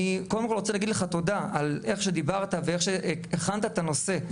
אני קודם כל רוצה להגיד לך תודה על איך שדיברת ואיך שהכנת את הנושא.